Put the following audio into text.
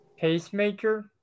pacemaker